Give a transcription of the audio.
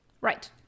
Right